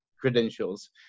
credentials